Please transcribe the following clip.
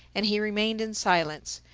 and he remained in silence,